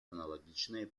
аналогичные